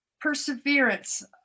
perseverance